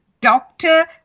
doctor